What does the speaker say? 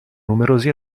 numerosi